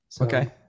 Okay